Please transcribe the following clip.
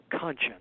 conscience